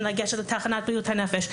אם לגשת לתחנת בריאות הנפש.